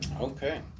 Okay